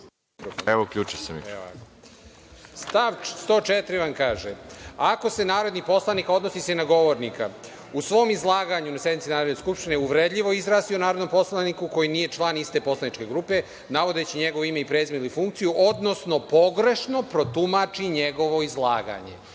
Stav 104. vam kaže – ako se narodni poslanik, a odnosi se i na govornika, u svom izlaganju na sednici Narodne skupštine uvredljivo izrazi o narodnom poslaniku koji nije član iste poslaničke grupe navodeći njegovo ime i prezime ili funkciju, odnosno pogrešno protumači njegovo izlaganje,